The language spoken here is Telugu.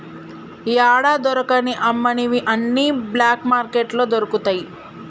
యాడా దొరకని అమ్మనివి అన్ని బ్లాక్ మార్కెట్లో దొరుకుతయి